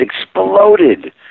exploded